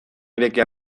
irekia